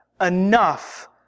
enough